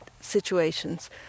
situations